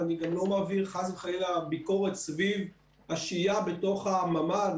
אני גם לא מעביר חס וחלילה ביקורת סביב השהייה בתוך הממ"ד,